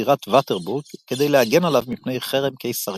בטירת וארטבורג כדי להגן עליו מפני חרם קיסרי.